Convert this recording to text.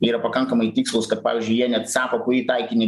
yra pakankamai tikslūs kad pavyzdžiui jie net sąvokų į taikinį